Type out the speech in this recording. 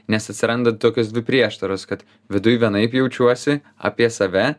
nes atsiranda tokios prieštaros kad viduj vienaip jaučiuosi apie save